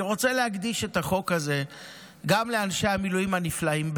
אני רוצה להקדיש את החוק הזה גם לאנשי המילואים הנפלאים,